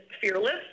fearless